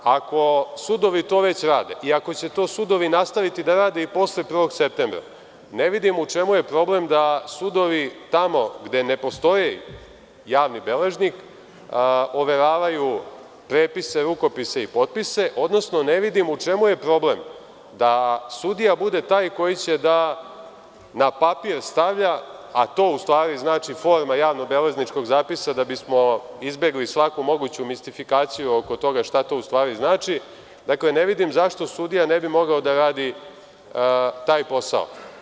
Ako sudovi to već rade i ako će to sudovi nastaviti da rade i posle 1. septembra, ne vidim u čemu je problem da sudovi tamo gde ne postoji javni beležnik overavaju prepise, rukopise i potpise, odnosno ne vidim u čemu je problem da sudija bude taj koji će da na papir stavlja, a to u stvari znači forma javnobeležničkog zapisa, da bismo izbegli svaku moguću mistifikaciju oko toga šta to u stvari znači, ne vidim zašto sudija ne bi mogao da radi taj posao.